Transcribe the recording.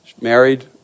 married